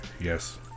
Yes